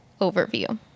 overview